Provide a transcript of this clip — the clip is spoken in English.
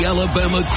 Alabama